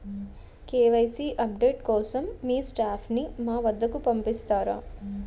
KYC update కోసం మీ staff ని మా వద్దకు పంపిస్తారా?